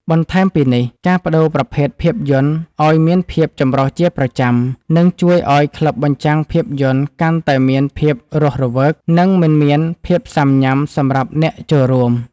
បន្ថែមពីនេះ ការប្ដូរប្រភេទភាពយន្តឱ្យមានភាពចម្រុះជាប្រចាំ នឹងជួយឱ្យក្លឹបបញ្ចាំងភាពយន្តកាន់តែមានភាពរស់រវើក និងមិនមានភាពស៊ាំញ៉ាំសម្រាប់អ្នកចូលរួម។